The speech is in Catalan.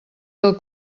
del